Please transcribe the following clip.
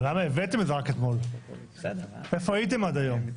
למה הבאתם את זה רק אתמול, איפה הייתם עד היום?